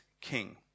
king